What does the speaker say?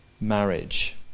marriage